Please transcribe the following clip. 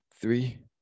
three